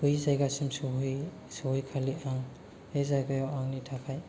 बै जायगासिम सौहैखालि आं बे जायगायाव आंनि थाखाय